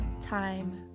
time